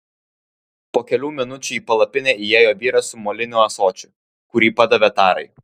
po kelių minučių į palapinę įėjo vyras su moliniu ąsočiu kurį padavė tarai